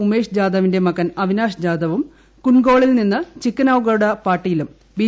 ഉമേഷ് ജാദവിന്റെ ിമ്പകൻ അവിനാഷ് ജാദവും കുണ്ട്ഗോ ളിൽ നിന്ന് ചിക്കനഗൌഡ് ഢട്ടീലും ബി